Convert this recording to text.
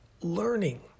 learning